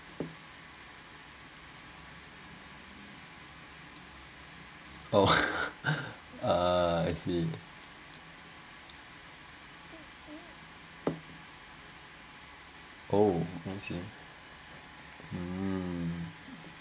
oh uh I see oh um